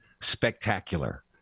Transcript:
spectacular